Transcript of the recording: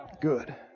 good